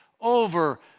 over